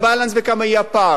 ולכן, עם כל הכבוד,